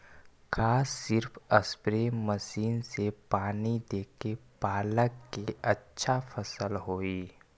का सिर्फ spray machine से पानी देके पालक के अच्छा फसल होई?